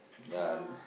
ya